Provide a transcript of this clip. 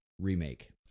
remake